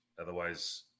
Otherwise